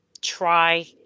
try